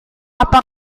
apakah